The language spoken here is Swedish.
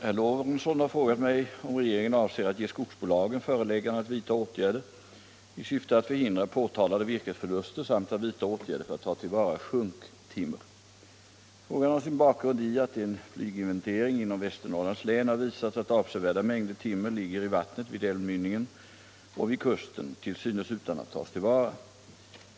Herr talman! Herr Lorentzon har frågat mig om regeringen avser att ge skogsbolagen föreläggande att vidta åtgärder i syfte att förhindra påtalade virkesförluster samt att vidta åtgärder för att ta till vara sjunktimmer. Frågan har sin bakgrund i att en flyginventering inom Västernorrlands län har visat att avsevärda mängder timmer ligger i vattnet vid älvmynningarna och vid kusten, till synes utan att tas till vara.